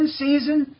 season